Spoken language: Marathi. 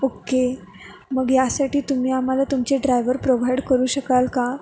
ओके मग ह्यासाठी तुम्ही आम्हाला तुमचे ड्रायव्हर प्रोव्हाइड करू शकाल का